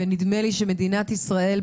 נדמה לי שמדינת ישראל,